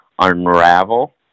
unravel